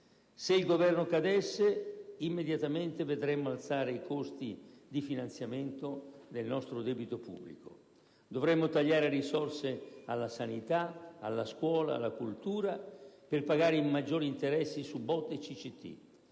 Se il Governo cadesse, immediatamente vedremmo alzare i costi di finanziamento del nostro debito pubblico; dovremmo tagliare risorse alla sanità, alla scuola, alla cultura per pagare i maggiori interessi su BOT e CCT.